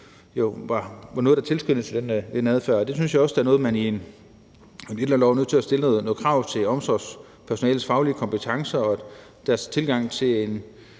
var noget, der tilskyndede til den adfærd. Det synes jeg også er noget man i en ældrelov er nødt til at stille nogle krav om, altså til omsorgspersonalets faglige kompetencer og deres tilgang til